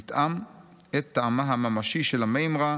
נטעם את טעמה הממשי של המימרה